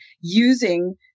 using